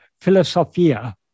philosophia